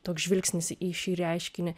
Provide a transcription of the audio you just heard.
toks žvilgsnis į šį reiškinį